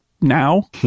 now